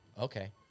Okay